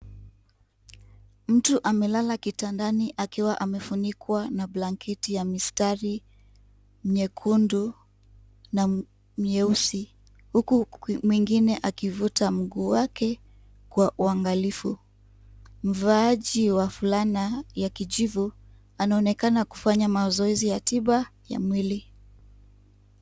Mtu amelala kitandani akiwa amefunikwa na blanketi ya mistari miekundu na mieusi huku mwingine akivuta mguu wake kwa uangalifu. Mvaaji wa fulana ya kijivu anaonekana kufanya mazoezi ya tiba ya mwili.